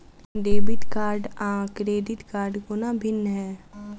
Debit card आ credit कोना भिन्न है?